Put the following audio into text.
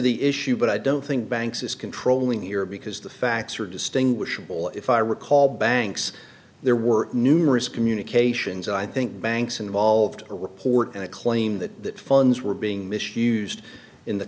the issue but i don't think banks is controlling the air because the facts are distinguishable if i recall banks there were numerous communications i think banks involved a report and a claim that funds were being misused in the